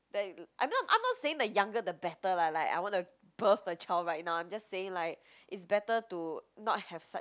then I'm not I'm not saying the younger the better lah like I wanna birth a child right now I'm just saying like is better to not have such